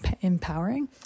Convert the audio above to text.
empowering